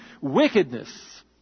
wickedness